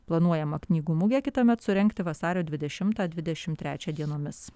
planuojama knygų mugę kitąmet surengti vasario dvidešimtą dvidešimt trečią dienomis